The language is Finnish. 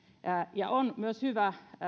on hyvä huomata